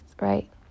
right